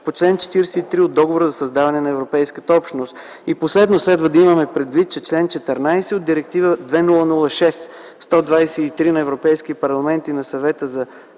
по чл. 43 от Договора за създаване на Европейската общност. И последно, следва да имаме предвид, че в чл. 14 от Директива 2006/123 на Европейския парламент и на Съвета от